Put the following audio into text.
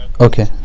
Okay